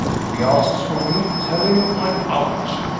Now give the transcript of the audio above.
if he asks for me, tell him i'm out.